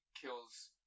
kills